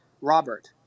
robert